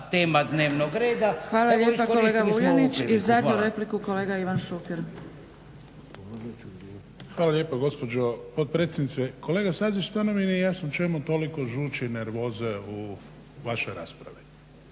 Hvala lijepa kolega Vuljanić. I zadnju repliku kolega Ivan Šuker. **Šuker, Ivan (HDZ)** Hvala lijepa gospođo potpredsjednice. Kolega Stazić stvarno mi nije jasno čemu toliko žući, nervoze u vašoj raspravi?